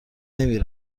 نمی